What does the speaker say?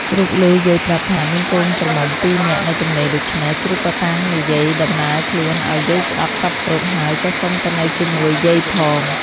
ជ្រូកឮយាយប្រាប់ថា មានកូន ក្រមុំពីរនាក់នៅទំនេរដូច្នេះ ជ្រូកក៏តាំងនិយាយដំណើរខ្លួនឱ្យយាយស្ដាប់សព្វគ្រប់ ហើយក៏សុំទៅនៅជាមួយយាយផង។